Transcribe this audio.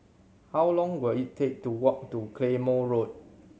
how long will it take to walk to Claymore Road